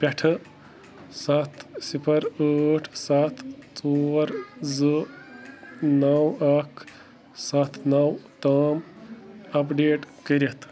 پٮ۪ٹھ صفر ٲٹھ ستھ ژور زٕ نَو اکھ ستھ نَو تام اپ ڈیٹ کٔرتھ